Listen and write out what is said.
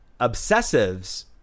obsessives